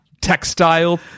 textile